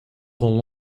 com